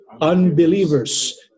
unbelievers